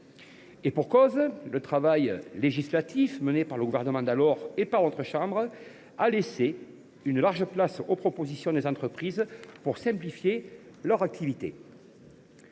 Et pour cause, le travail législatif mené par le gouvernement d’alors et par notre assemblée a laissé une large place aux propositions des entreprises pour simplifier leur activité.